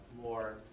more